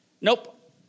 Nope